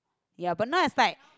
ya but now is like